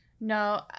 No